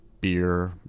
beer